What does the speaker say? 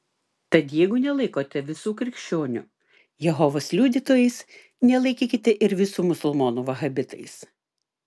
tad jeigu nelaikote visų krikščionių jehovos liudytojais nelaikykite ir visų musulmonų vahabitais